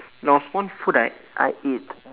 there was one food I I ate at